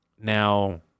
Now